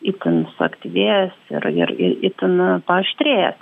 itin suaktyvėjęs ir ir itin paaštrėja